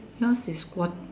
yours is one